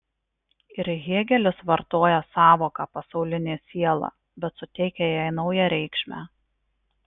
ir hėgelis vartoja sąvoką pasaulinė siela bet suteikia jai naują reikšmę